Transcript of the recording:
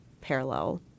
parallel